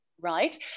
right